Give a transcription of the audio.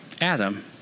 Adam